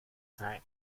sein